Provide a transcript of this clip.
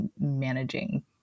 managing